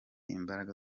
imbaraga